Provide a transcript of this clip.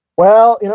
well, you know